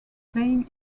playing